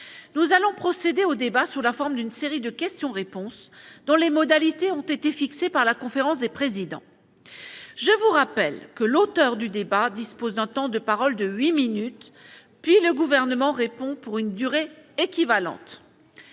Nous allons procéder au débat sous la forme d'une série de questions-réponses dont les modalités ont été fixées par la conférence des présidents. Je rappelle que l'auteur de la demande dispose d'un temps de parole de huit minutes, puis le Gouvernement répond pour une durée équivalente.